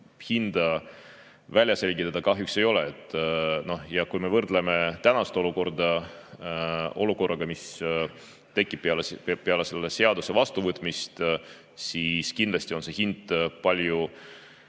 hinda välja selgitada kahjuks ei ole. Kui me võrdleme tänast olukorda olukorraga, mis tekib peale selle seaduse vastuvõtmist, siis kindlasti on see hind palju